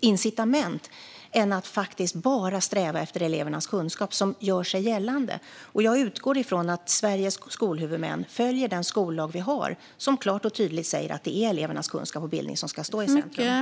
incitament än att bara sträva efter elevernas kunskap gör sig gällande. Jag utgår från att Sveriges skolhuvudmän följer den skollag vi har, som klart och tydligt säger att det är elevernas kunskap och bildning som ska stå i centrum.